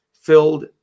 filled